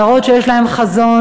להראות שיש להם חזון,